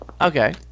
Okay